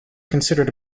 considered